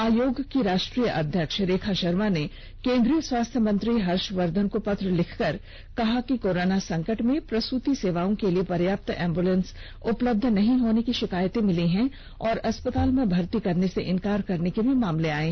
आयोग की राष्ट्रीय अध्यक्ष रेखा शर्मा ने केन्द्रीय स्वास्थ्य मंत्री हर्षवर्धन को पत्र लिखकर कहा है कि कोरोना संकट में प्रसुति सेवाओं के लिए पर्याप्त एम्बुलेंस उपलब्ध नहीं होने की षिकायत मिली और अस्पताल में भर्ती करने से इंकार करने के भी मामले आये